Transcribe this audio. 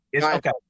Okay